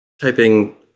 typing